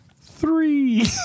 three